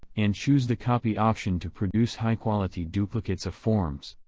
and choose the copy option to produce high-quality duplicates of forms.